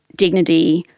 dignity,